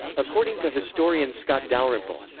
according to historian scott dalrymple,